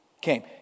came